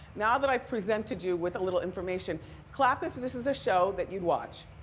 now that i've presented you with a little information clap if this is a show that you'd watch.